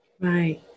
right